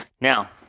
Now